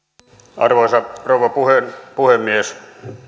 arvoisa rouva puhemies